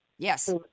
Yes